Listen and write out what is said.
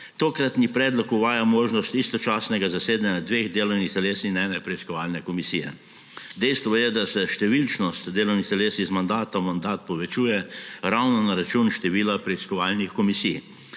Tokratni predlog uvaja možnost istočasnega zasedanja dveh delovnih teles in ene preiskovalne komisije. Dejstvo je, da se številčnost delovnih teles iz mandata v mandat povečuje ravno na račun števila preiskovalnih komisij.